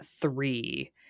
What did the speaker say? three